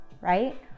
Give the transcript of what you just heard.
right